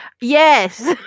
Yes